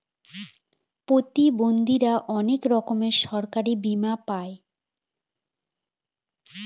প্রতিবন্ধীরা অনেক রকমের সরকারি বীমা পাই